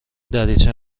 دریچه